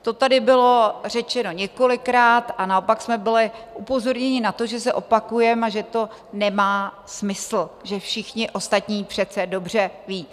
To tady bylo řečeno několikrát a naopak jsme byli upozorněni na to, že se opakujeme a že to nemá smysl, že všichni ostatní přece dobře vědí.